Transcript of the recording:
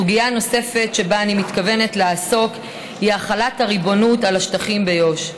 סוגיה נוספת שבה אני מתכוונת לעסוק היא החלת הריבונות על השטחים ביו"ש.